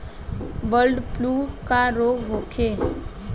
Bird flu का रोग होखे?